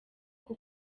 uku